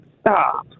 stop